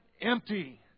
empty